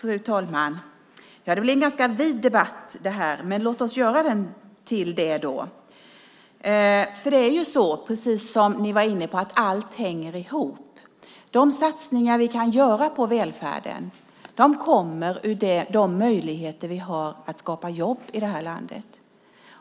Fru talman! Det blir en ganska vid debatt det här, men låt oss göra den till det då. Det är precis så som ni var inne på att allt hänger ihop. De satsningar vi kan göra på välfärden kommer ur de möjligheter vi har att skapa jobb i det här landet.